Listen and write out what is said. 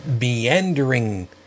meandering